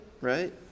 right